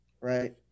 right